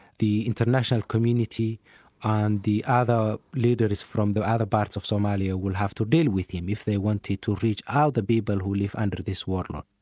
the international community and the other leaders from the other parts of somalia will have to deal with him if they wanted to reach out to people who live under this warlord.